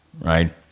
right